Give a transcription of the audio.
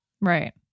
Right